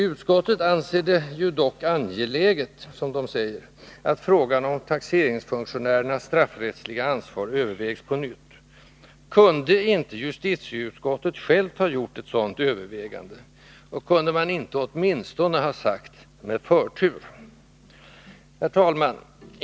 Utskottet anser det ju dock angeläget, som man säger, att frågan om taxeringsfunktionärernas straffrättsliga ansvar övervägs på nytt. Kunde inte justitieutskottet självt ha gjort ett sådant övervägande? Kunde man inte åtminstone ha sagt ”med förtur”? Herr talman!